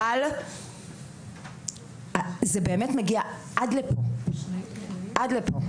אבל זה באמת מגיע עד לפה, עד לפה.